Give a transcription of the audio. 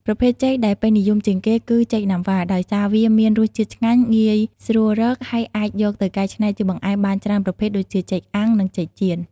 ប្រភេទចេកដែលពេញនិយមជាងគេគឺ ចេកណាំវ៉ា ដោយសារវាមានរសជាតិឆ្ងាញ់ ងាយស្រួលរក ហើយអាចយកទៅកែច្នៃជាបង្អែមបានច្រើនប្រភេទ ដូចជា ចេកអាំង និង ចេកចៀន។